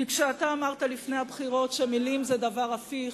כי כשאתה אמרת לפני הבחירות שמלים זה דבר הפיך,